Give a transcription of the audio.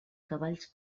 cavalls